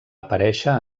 aparèixer